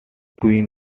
queen